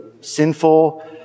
sinful